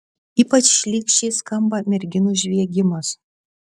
ypač šlykščiai skamba merginų žviegimas